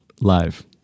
live